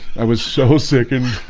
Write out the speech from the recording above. i was so sick and